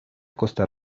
costa